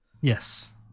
Yes